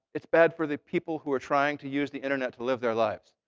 it's bad for the people who are trying to use the internet to live their lives.